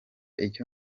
icyo